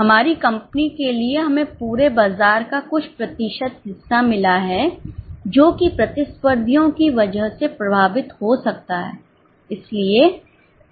हमारी कंपनी के लिए हमें पूरे बाजार का कुछ प्रतिशत हिस्सा मिला है जो कि प्रतिस्पर्धियों की वजह से प्रभावित हो सकता है